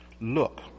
Look